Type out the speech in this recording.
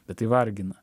bet tai vargina